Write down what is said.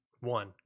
one